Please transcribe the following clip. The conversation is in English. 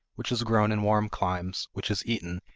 which is grown in warm climes, which is eaten,